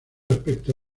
aspecto